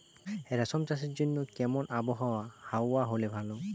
রেশম চাষের জন্য কেমন আবহাওয়া হাওয়া হলে ভালো?